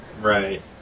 Right